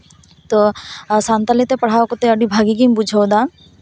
ᱛᱚ ᱥᱟᱱᱛᱟᱲᱤ ᱛᱮ ᱯᱟᱲᱦᱟᱣ ᱠᱟᱛᱮ ᱟᱹᱰᱤ ᱵᱷᱟᱜᱮ ᱜᱤᱧ ᱵᱩᱡᱷᱟᱹᱣᱫᱟ